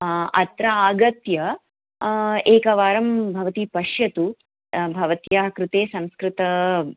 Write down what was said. अत्र आगत्य एकवारं भवती पश्यतु भवत्याः कृते संस्कृतम्